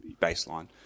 baseline